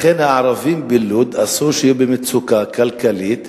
לכן הערבים בלוד, אסור שיהיו במצוקה כלכלית,